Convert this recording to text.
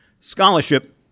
Scholarship